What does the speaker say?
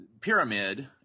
pyramid